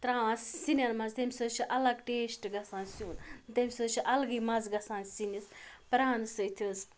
تراوان سِنٮ۪ن منٛز تٔمی سۭتۍ چھُ اَلگ ٹیٚسٹ گَژھان سیُن تٔمۍ سۭتۍ چھُ اَلگٕے مَزٕ گَژھان سِنِس پرانہٕ سۭتۍ حظ